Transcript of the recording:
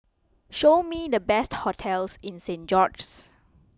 show me the best hotels in Saint George's